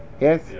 Yes